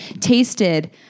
tasted